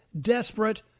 desperate